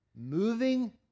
moving